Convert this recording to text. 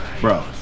bro